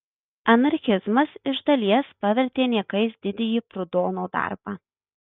anarchizmas iš dalies pavertė niekais didįjį prudono darbą